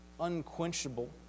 unquenchable